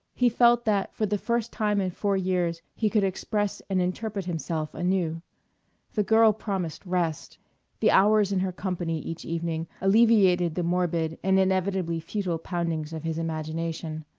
he felt that for the first time in four years he could express and interpret himself anew. the girl promised rest the hours in her company each evening alleviated the morbid and inevitably futile poundings of his imagination.